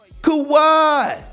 Kawhi